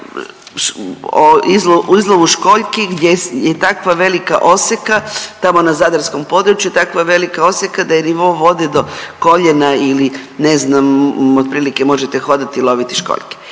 o izlovu školjki gdje je takva velika oseka tamo na zadarskom području, takva velika oseka da je nivo vode do koljena ili ne znam otprilike možete hodati i loviti školjke.